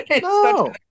No